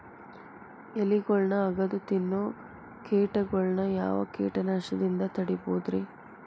ಎಲಿಗೊಳ್ನ ಅಗದು ತಿನ್ನೋ ಕೇಟಗೊಳ್ನ ಯಾವ ಕೇಟನಾಶಕದಿಂದ ತಡಿಬೋದ್ ರಿ?